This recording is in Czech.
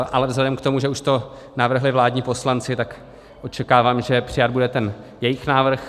Ale vzhledem k tomu, že už to navrhli vládní poslanci, tak očekávám, že přijat bude ten jejich návrh.